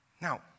Now